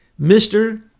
Mr